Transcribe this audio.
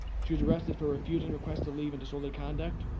she was arrested for refusing requests to leave and disorderly conduct.